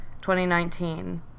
2019